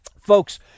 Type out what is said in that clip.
Folks